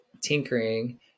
tinkering